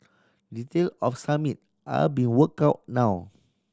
detail of Summit are are be work out now